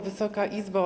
Wysoka Izbo!